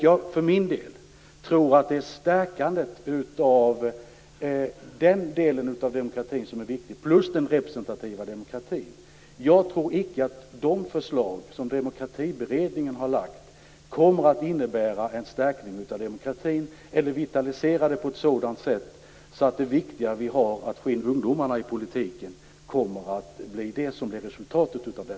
Jag för min del tror att det är stärkandet av den delen av demokratin som är viktig, plus den representativa demokratin. Jag tror inte att de förslag som Demokratiberedningen har lagt fram kommer att innebära en stärkning av demokratin eller en vitalisering av det politiska livet på ett sådant sätt att vi får in ungdomarna i politiken, vilket är viktigt.